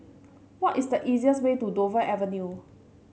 what is the easiest way to Dover Avenue